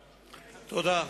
תודה.